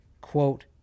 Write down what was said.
quote